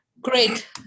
Great